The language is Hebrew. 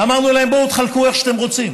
אמרנו להם: בואו, תחלקו איך שאתם רוצים,